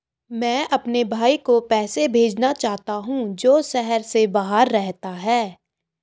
मैं अपने भाई को पैसे भेजना चाहता हूँ जो शहर से बाहर रहता है